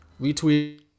retweet